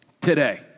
today